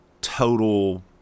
total